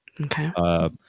Okay